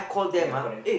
ya correct